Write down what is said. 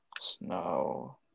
Snow